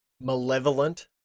Malevolent